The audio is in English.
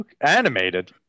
animated